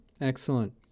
Excellent